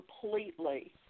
completely